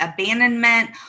abandonment